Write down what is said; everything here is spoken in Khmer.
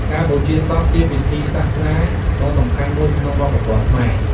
ការបូជាសពជាពិធីសាសនាដ៏សំខាន់មួយក្នុងវប្បធម៌ខ្មែរ។